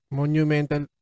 monumental